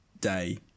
day